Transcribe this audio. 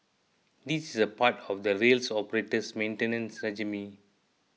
this is part of the rails operator's maintenance regime